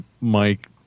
Mike